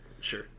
Sure